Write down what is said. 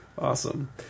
Awesome